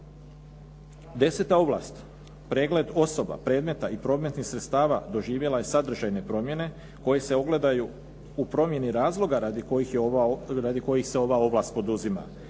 Deseta ovlast, pregled osoba, predmeta i prometnih sredstava doživjela je sadržajne promjene koje se ogledaju u promjeni razloga radi kojih se ova ovlast poduzima.